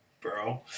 Bro